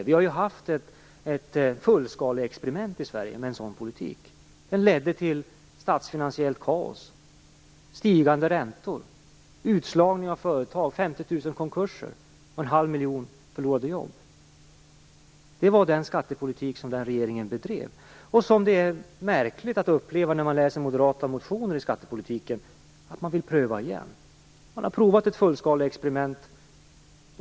Vi har haft ett fullskaleexperiment i Sverige med en sådan politik. Det ledde till statsfinansiellt kaos, stigande räntor och utslagning av företag. Det ledde till 50 000 konkurser och en halv miljon förlorade jobb. Det var den skattepolitik den dåvarande regeringen bedrev. Det är märkligt att uppleva att Moderaterna, när man läser deras motioner om skattepolitiken, vill pröva detta igen. Man har prövat ett fullskaleexperiment.